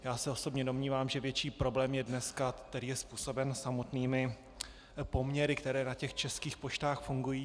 Já osobně se domnívám, že větší problém je dneska, který je způsoben samotnými poměry, které na českých poštách fungují.